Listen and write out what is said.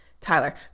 Tyler